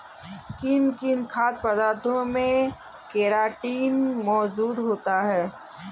किन किन खाद्य पदार्थों में केराटिन मोजूद होता है?